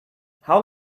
how